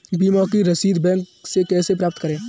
बीमा की रसीद बैंक से कैसे प्राप्त करें?